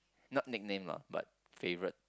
not nickname lah but favourite